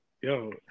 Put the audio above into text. yo